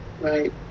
Right